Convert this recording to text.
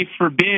forbid